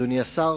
תודה, אדוני השר,